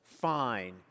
fine